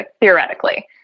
theoretically